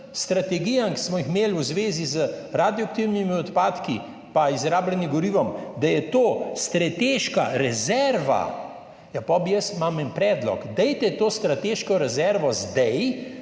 strategijam, ki smo jih imeli v zvezi z radioaktivnimi odpadki pa izrabljenim gorivom, strateška rezerva, ja potem imam jaz en predlog: dajte to strateško rezervo zdaj,